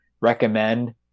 recommend